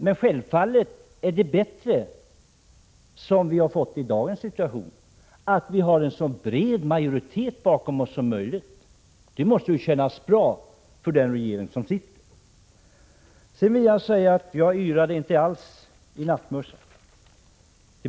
Det är självfallet bättre, som läget är i dag, att det finns en så bred majoritet som möjligt bakom ett beslut — det måste kännas bra för den sittande regeringen. För det andra vill jag säga till Bertil Danielsson att jag inte alls yrade i nattmössan.